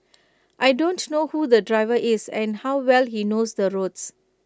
I don't know who the driver is and how well he knows the roads